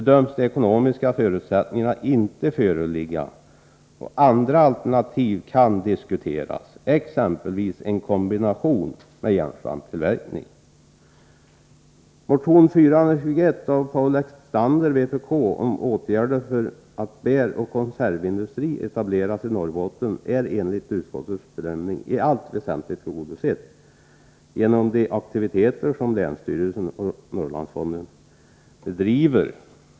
De ekonomiska förutsättningarna för en sådan tillverkning har inte bedömts föreligga. Andra alternativ kan diskuteras, exempelvis en kombination med järnsvampstillverkning.